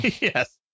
Yes